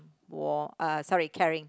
war~ uh sorry caring